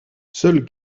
seuls